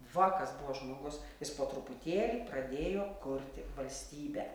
va kas buvo žmogus jis po truputėlį pradėjo kurti valstybę